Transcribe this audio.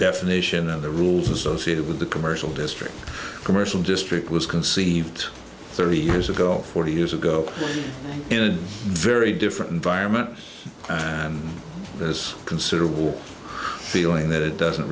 definition of the rules associated with the commercial district commercial district was conceived thirty years ago forty years ago in a very different environment and has considerable feeling that it doesn't